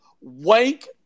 Wank